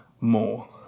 more